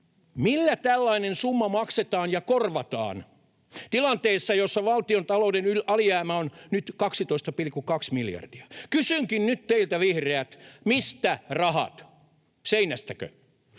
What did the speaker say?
Millä tällainen summa maksetaan ja korvataan tilanteessa, jossa valtiontalouden alijäämä on nyt 12,2 miljardia? Kysynkin nyt teiltä, vihreät: Mistä rahat? Seinästäkö?